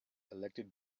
elected